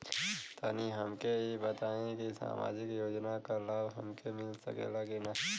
तनि हमके इ बताईं की सामाजिक योजना क लाभ हमके मिल सकेला की ना?